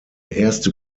erste